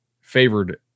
favored